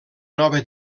nova